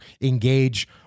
engage